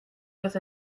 with